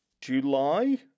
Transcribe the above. July